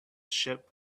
ship